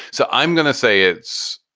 so i'm going to say it's